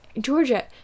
Georgia